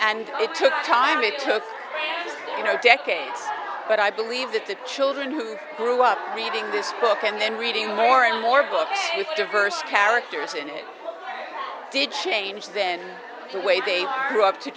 took you know decades but i believe that the children who grew up reading this book and then reading more and more books with diverse characters in it did change then the way they grew up to